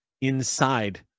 inside